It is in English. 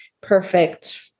perfect